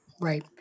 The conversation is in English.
Right